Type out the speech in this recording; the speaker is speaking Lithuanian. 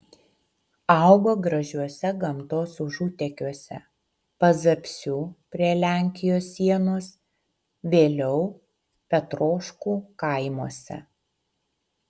augo gražiuose gamtos užutekiuose pazapsių prie lenkijos sienos vėliau petroškų kaimuose